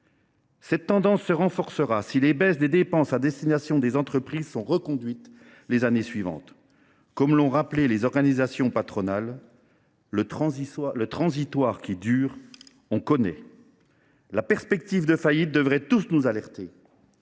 Cette tendance se renforcera si les baisses des dépenses à destination des entreprises sont reconduites pour les prochaines années. Comme l’ont rappelé les organisations patronales, « le transitoire qui dure, on connaît !». La perspective de faillites devrait tous nous alerter.